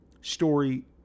story